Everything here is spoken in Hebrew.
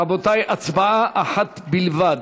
רבותי, הצבעה אחת בלבד.